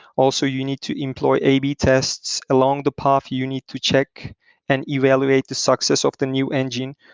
also, you need to employ a b tests along the path you need to check and evaluate the success of the new engine,